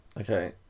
okay